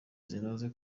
zinoze